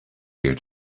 here